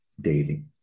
daily